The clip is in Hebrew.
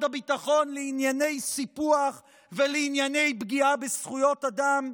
הביטחון לענייני סיפוח ולענייני פגיעה בזכויות אדם?